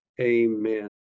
amen